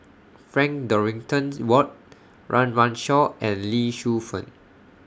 Frank Dorrington's Ward Run Run Shaw and Lee Shu Fen